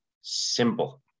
simple